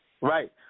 Right